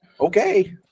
Okay